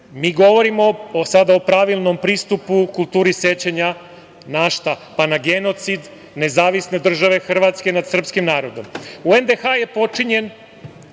mi govorimo sada o pravilnom pristupu kulturi sećanja, na šta? Pa na genocid Nezavisne Države Hrvatske nad srpskim narodom. U NDH je počinjen